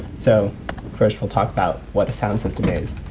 so first we'll talk about what a sound system is.